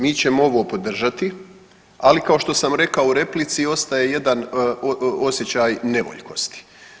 Mi ćemo ovo podržati, ali kao što sam rekao u replici ostaje jedan osjećaj nevoljkosti.